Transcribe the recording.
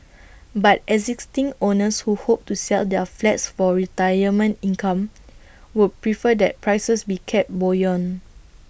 but existing owners who hope to sell their flats for retirement income would prefer that prices be kept buoyant